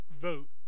Vote